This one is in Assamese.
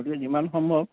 গতিকে যিমান সম্ভৱ